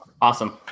Awesome